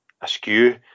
askew